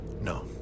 No